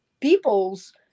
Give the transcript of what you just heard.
people's